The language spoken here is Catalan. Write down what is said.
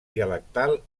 dialectal